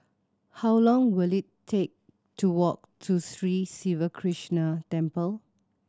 how long will it take to walk to Sri Siva Krishna Temple